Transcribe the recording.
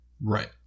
Right